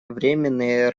временные